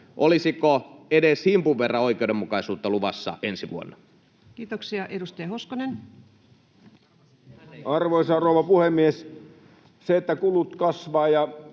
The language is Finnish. Olisiko edes himpun verran oikeudenmukaisuutta luvassa ensi vuonna? Kiitoksia. — Edustaja Hoskonen. Arvoisa rouva puhemies! Se, että kulut kasvavat